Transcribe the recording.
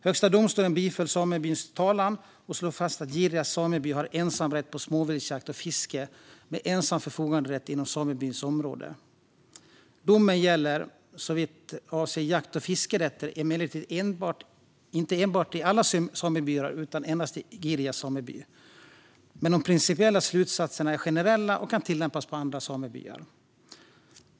Högsta domstolen biföll samebyns talan och slog fast att Girjas sameby har ensamrätt på småviltsjakt och fiske med ensam förfoganderätt inom samebyns område. Domen gäller såvitt avser jakt och fiskerättigheter emellertid inte alla samebyar utan endast Girjas sameby. Men de principiella slutsatserna är generella och kan tillämpas på andra samebyar.